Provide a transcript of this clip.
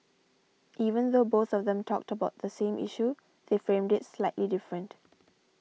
even though both of them talked about the same issue they framed it slightly different